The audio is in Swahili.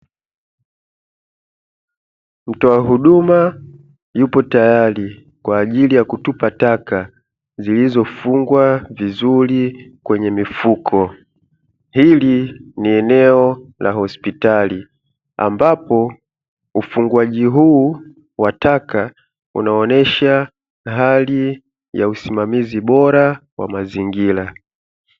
Mtoa huduma yupo tayari kwa ajili ya kutupa taka, zilizofungwa vizuri kwenye mifuko. Hili ni eneo la hospitali ambapo, ufungwaji huu wa taka unaonesha hali ya usimamizi bora wa mazingira.